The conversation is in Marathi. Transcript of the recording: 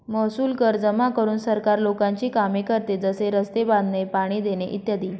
महसूल कर जमा करून सरकार लोकांची कामे करते, जसे रस्ते बांधणे, पाणी देणे इ